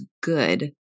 good